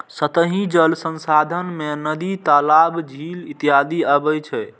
सतही जल संसाधन मे नदी, तालाब, झील इत्यादि अबै छै